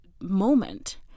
moment